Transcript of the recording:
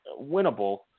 winnable